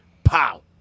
Pow